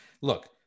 look